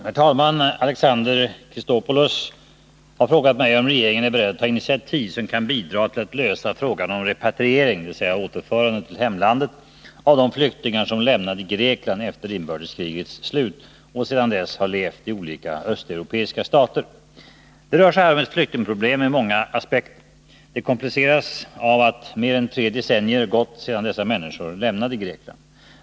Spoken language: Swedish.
Herr talman! Alexander Chrisopoulos har frågat mig om regeringen är beredd att ta initiativ som kan bidra till att lösa frågan om repatriering, dvs. återförande till hemlandet, av de flyktingar som lämnade Grekland efter inbördeskrigets slut och sedan dess har levt i olika östeuropeiska stater. Det rör sig här om ett flyktingproblem med många aspekter. Det kompliceras av att mer än tre decennier gått sedan dessa människor lämnade Grekland.